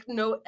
no